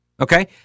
okay